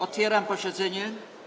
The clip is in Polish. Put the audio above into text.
Otwieram posiedzenie.